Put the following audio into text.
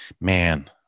man